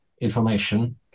information